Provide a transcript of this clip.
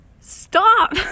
Stop